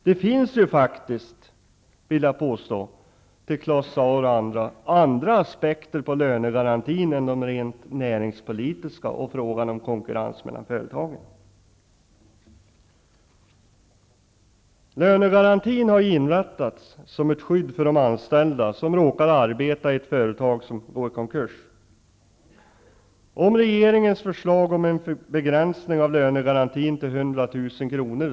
Det finns faktiskt -- det vill jag säga till Claus Zaar och andra -- andra aspekter på lönegarantin än de rent näringspolitiska och frågan om konkurrens mellan företag. Lönegarantin har inrättats som ett skydd för de anställda som råkar arbeta i företag som går i konkurs. Om regeringens förslag om en begränsning av lönegarantin till 100 000 kr.